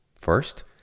First